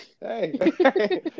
Hey